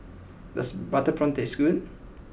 does Butter Prawns taste good